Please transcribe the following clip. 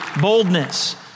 boldness